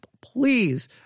please